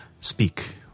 speak